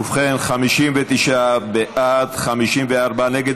ובכן, 59 בעד, 54 נגד.